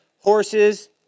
Horses